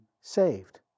saved